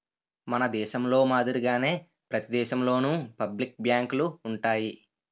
మన దేశంలో మాదిరిగానే ప్రతి దేశంలోనూ పబ్లిక్ బ్యాంకులు ఉంటాయి